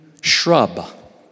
shrub